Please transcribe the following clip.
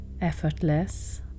effortless